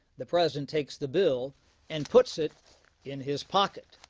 the president takes the bill and puts it in his pocket.